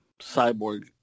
Cyborg